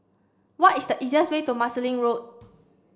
what is the easiest way to Marsiling Road